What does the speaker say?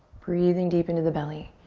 breathing deep into the belly.